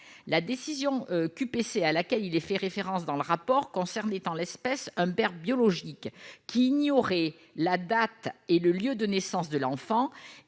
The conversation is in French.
la décision QPC à laquelle il est fait référence dans le rapport concernés en l'espèce un père biologique qui ignorait la date et le lieu de naissance de l'enfant